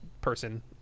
person